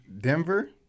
Denver